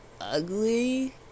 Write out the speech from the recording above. ugly